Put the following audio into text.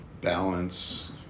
balance